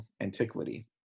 antiquity